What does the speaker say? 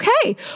okay